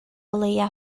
leia